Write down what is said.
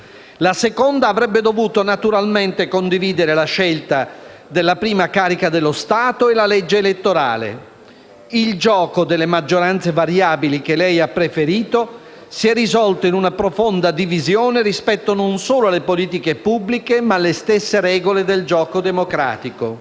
La seconda avrebbe dovuto naturalmente condividere la scelta della prima carica dello Stato e la legge elettorale. Il gioco delle maggioranze variabili, che lei ha preferito, si è risolto in una profonda divisione rispetto non solo alle politiche pubbliche, ma alle stesse regole del gioco democratico.